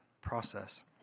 process